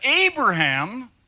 Abraham